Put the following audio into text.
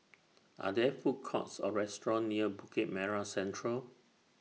Are There Food Courts Or restaurants near Bukit Merah Central